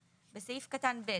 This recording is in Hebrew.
(2)בסעיף קטן (ב),